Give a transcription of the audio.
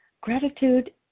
Gratitude